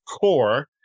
core